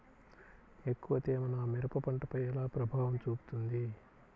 ఎక్కువ తేమ నా మిరప పంటపై ఎలా ప్రభావం చూపుతుంది?